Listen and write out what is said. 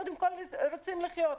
קודם כול רוצים לחיות.